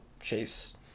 Chase